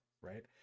right